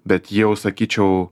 bet jau sakyčiau